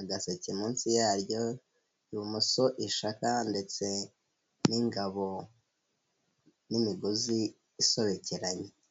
agaseke munsi yaryo, ibumoso ishaka ndetse n'ingabo n'imigozi isobekeranye.